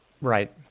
Right